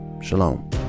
Shalom